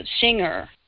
singer